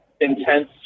intense